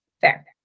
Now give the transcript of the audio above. Fair